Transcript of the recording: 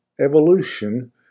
evolution